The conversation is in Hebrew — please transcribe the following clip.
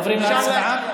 אפשר להצביע.